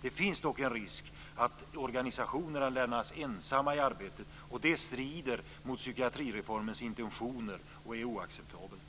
Det finns dock en risk att organisationerna lämnas ensamma i arbetet och det strider mot psykiatrireformens intentioner och är oacceptabelt.